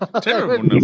Terrible